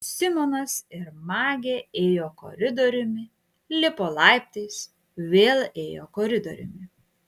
simonas ir magė ėjo koridoriumi lipo laiptais vėl ėjo koridoriumi